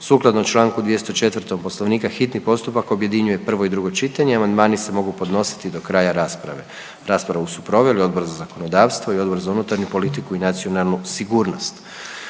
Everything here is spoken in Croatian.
Sukladno čl. 204. Poslovnika hitni postupak objedinjuje prvo i drugo čitanje, a amandmani se mogu podnositi do kraja rasprave. Raspravu su proveli Odbor za zakonodavstvo i Odbor za unutarnju politiku i nacionalnu sigurnost.